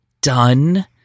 done